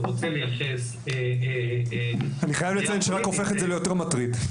או רוצה לייחס --- אני חייב לציין שזה רק הופך את זה ליותר מטריד,